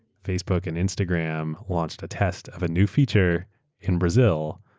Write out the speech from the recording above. facebook and instagram launched a test of a new feature in brazil,